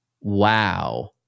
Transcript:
wow